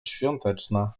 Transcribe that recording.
świąteczna